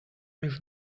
між